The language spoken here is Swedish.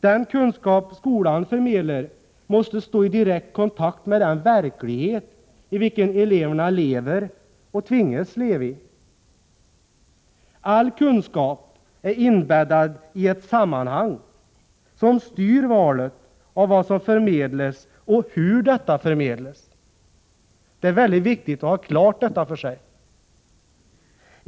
Den kunskap skolan förmedlar måste stå i direkt kontakt med den verklighet i vilken eleverna lever och tvingas leva i. All kunskap är inbäddad i ett sammanhang, som styr valet av vad som förmedlas och hur detta förmedlas. Det är mycket viktigt att ha detta klart för sig.